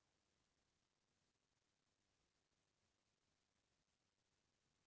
कतका रुपिया एक महीना म निकाल सकथन?